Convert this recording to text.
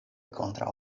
kontraŭ